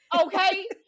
Okay